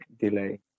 Delay